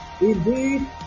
Indeed